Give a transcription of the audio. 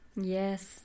yes